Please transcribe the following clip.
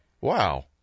Wow